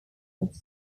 merged